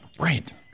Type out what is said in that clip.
right